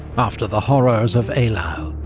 after the horrors of eylau,